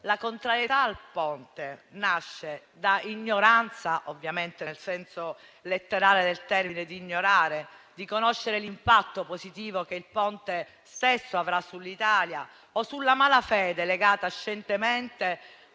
la contrarietà al Ponte nasca da ignoranza - ovviamente nel senso letterale del termine - dell'impatto positivo che il Ponte stesso avrà sull'Italia o dalla malafede legata scientemente